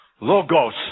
Logos